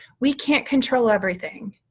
we can't control everything.